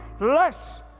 less